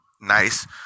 nice